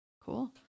cool